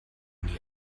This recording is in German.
nie